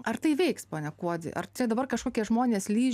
ar tai veiks pone kuodi ar čia dabar kažkokie žmonės lįs